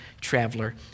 traveler